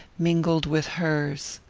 mingled with hers.